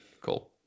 Cool